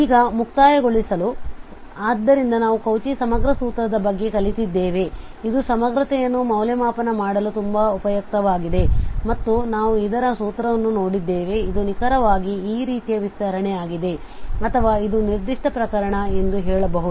ಈಗ ಮುಕ್ತಾಯಗೊಳಿಸಲು ಆದ್ದರಿಂದ ನಾವು ಕೌಚಿ ಸಮಗ್ರ ಸೂತ್ರದ ಬಗ್ಗೆ ಕಲಿತಿದ್ದೇವೆ ಇದು ಸಮಗ್ರತೆಯನ್ನು ಮೌಲ್ಯಮಾಪನ ಮಾಡಲು ತುಂಬಾ ಉಪಯುಕ್ತವಾಗಿದೆ ಮತ್ತು ನಾವು ಇದರ ಸೂತ್ರವನ್ನು ನೋಡಿದ್ದೇವೆ ಇದು ನಿಖರವಾಗಿ ಈ ರೀತಿಯ ವಿಸ್ತರಣೆಯಾಗಿದೆ ಅಥವಾ ಇದು ನಿರ್ದಿಷ್ಟ ಪ್ರಕರಣ ಎಂದು ಹೇಳಬಹುದು